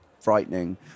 frightening